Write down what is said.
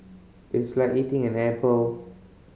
it's like eating an apple